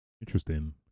interesting